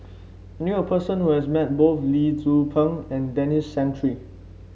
I knew a person who has met both Lee Tzu Pheng and Denis Santry